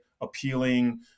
appealing